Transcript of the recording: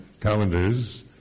calendars